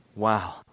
Wow